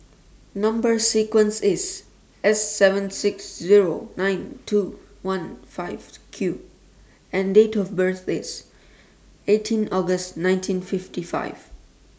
Number sequence IS S seven six Zero nine two one five Q and Date of birth IS eighteen August nineteen fifty five